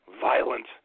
violent